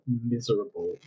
miserable